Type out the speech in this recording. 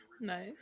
Nice